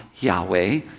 Yahweh